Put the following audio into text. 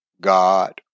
God